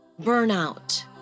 burnout